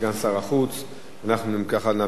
אנחנו, אם ככה, נעביר את ההצעה לדיון בוועדה.